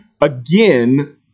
again